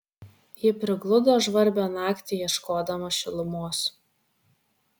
ji prigludo žvarbią naktį ieškodama šilumos